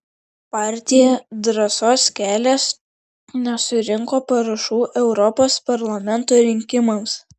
partija drąsos kelias nesurinko parašų europos parlamento rinkimams